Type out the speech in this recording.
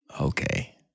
Okay